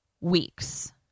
weeks